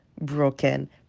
broken